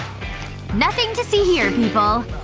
nothing to see here, people!